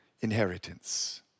inheritance